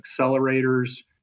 accelerators